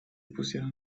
pusieron